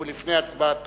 ולפני הצבעה